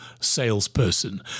salesperson